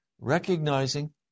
recognizing